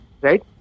right